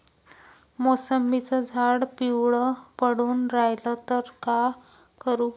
मोसंबीचं झाड पिवळं पडून रायलं त का करू?